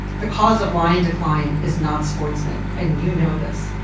the cause of lion decline is not sportsmen, and you know this.